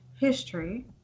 history